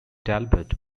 talbot